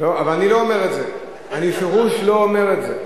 אבל אני לא אומר את זה, אני בפירוש לא אומר את זה.